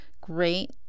great